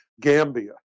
Gambia